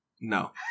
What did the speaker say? No